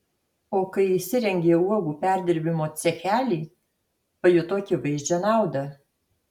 o kai įsirengė uogų perdirbimo cechelį pajuto akivaizdžią naudą